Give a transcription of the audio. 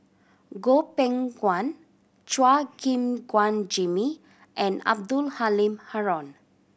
Goh Beng Kwan Chua Gim Guan Jimmy and Abdul Halim Haron